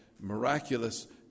miraculous